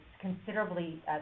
considerably